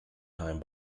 time